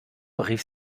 rief